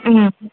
ಹ್ಞೂ